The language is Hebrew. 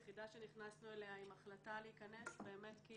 יחידה שנכנסנו אליה עם החלטה להיכנס באמת כי